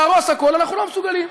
להרוס הכול אנחנו לא מסוגלים,